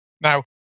Now